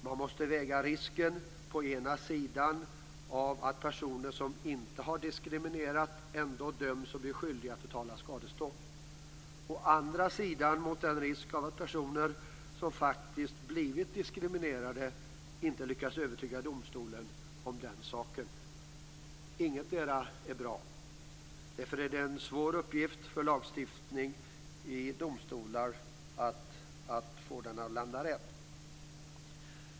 Man måste väga in å ena sidan risken att personer som inte har diskriminerat ändå döms och blir skyldiga att betala skadestånd och å andra sidan risken att personer som faktiskt blivit diskriminerade inte lyckas övertyga domstolen om den saken. Ingetdera är bra. Därför är det en svår uppgift för lagstiftningen att domstolarna skall landa rätt.